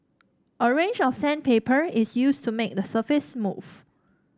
a range of sandpaper is used to make the surface smooth